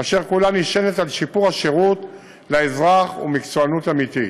אשר כולה נשענת על שיפור השירות לאזרח ומקצוענות אמיתית.